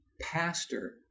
pastor